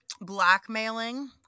blackmailing